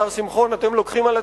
השר שמחון, אתם לוקחים,